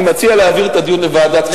אני מציע להעביר את הדיון לוועדת הכספים.